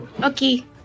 Okay